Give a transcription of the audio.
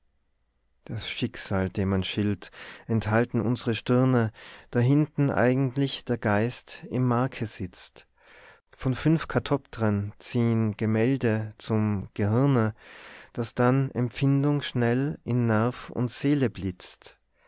das schicksal dem man schilt enthalten unsre stirne dahinten eigentlich der geist im marke sitzt von fünf catoptren ziehn gemälde zum gehirne das dann empfindung schnell in nerv und seele blitzt